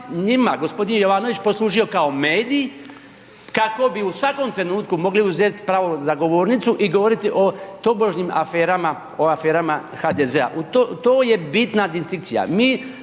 njima gospodin Jovanović posložio kao medij kako bi u svakom trenutku mogli uzeti pravo na govornicu i govoriti o tobožnjim aferama, o aferama HDZ-a. To je bitna distinkcija. Mi